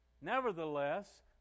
Nevertheless